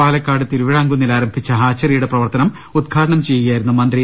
പാലക്കാട് തിരുവിഴാംകുന്നിൽ ആരംഭിച്ച ഹാച്ചറിയു ടെ പ്രവർത്തനം ഉത്ഘാടനം ചെയ്യുകയായിരുന്നു മന്ത്രി